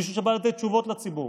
כמישהו שבא לתת תשובות לציבור.